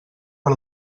per